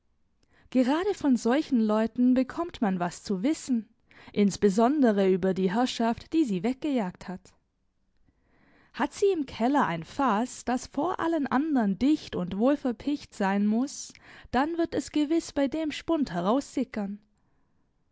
gerade von solchen leuten bekommt man was zu wissen insbesondere über die herrschaft die sie weggejagt hat hat sie im keller ein faß das vor allen andern dicht und wohl verpicht sein muß dann wird es gewiß bei dem spund heraussickern